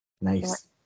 Nice